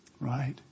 right